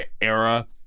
era